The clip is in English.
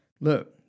look